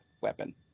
weapon